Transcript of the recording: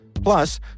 Plus